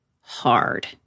hard